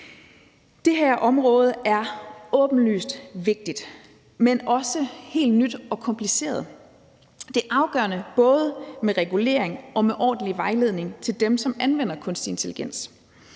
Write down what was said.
Det her område er åbenlyst vigtigt, men også helt nyt og kompliceret, og det er afgørende med både regulering og ordentlig vejledning til dem, som anvender kunstig intelligens.